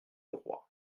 roi